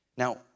Now